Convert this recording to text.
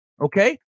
Okay